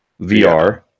VR